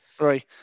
Right